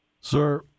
sir